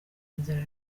inzara